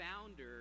founder